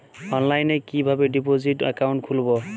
অনলাইনে কিভাবে deposit account খুলবো?